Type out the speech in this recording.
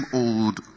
old